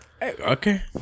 Okay